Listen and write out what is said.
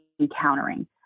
encountering